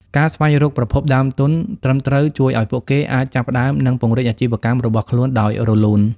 ការស្វែងរកប្រភពដើមទុនត្រឹមត្រូវជួយឱ្យពួកគេអាចចាប់ផ្តើម និងពង្រីកអាជីវកម្មរបស់ខ្លួនដោយរលូន។